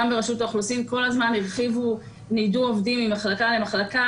כל הזמן ניידו עובדים ממחלקה למחלקה.